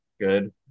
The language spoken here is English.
good